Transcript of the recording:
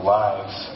lives